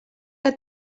que